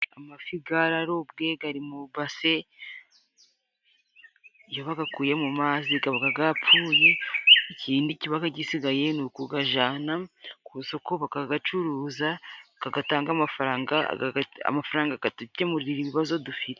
Amafi gararobwe gari mu base, iyo bagakuye mu mazi gabaga gapfuye .Ikindi kibaga gisigaye ni ukugajana ku isoko bakagacuruza gagatanga amafaranga, amafaranga gakadukemurira ibibazo dufite.